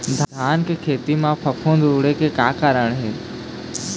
धान के खेती म फफूंद उड़े के का कारण हे?